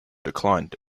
declined